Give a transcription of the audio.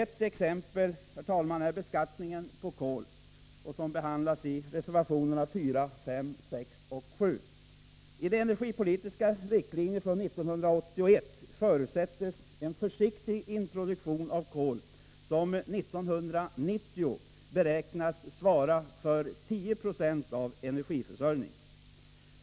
Ett exempel är beskattningen på kol, som behandlas i reservationerna 4, 5, 6 och 7. I de energipolitiska riktlinjerna från 1981 förutsätts en försiktig introduktion av kol som 1990 beräknas svara för 10 96 av energiförsörjningen.